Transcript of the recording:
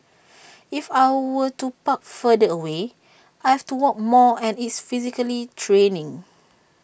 if I were to park further away I have to walk more and it's physically draining